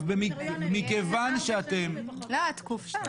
לא, התקופה.